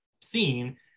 seen